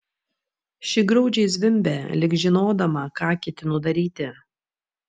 ši graudžiai zvimbė lyg žinodama ką ketinu daryti